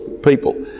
people